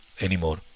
anymore